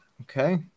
Okay